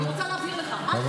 אני רוצה להבהיר לך: אל,